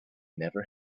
never